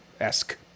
esque